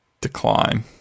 decline